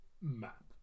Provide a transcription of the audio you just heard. map